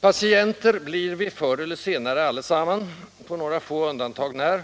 Patienter blir vi förr eller senare allesamman, på några få undantag när,